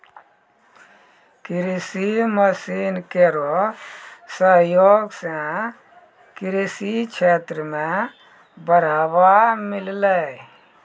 कृषि मसीन केरो सहयोग सें कृषि क्षेत्र मे बढ़ावा मिललै